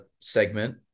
segment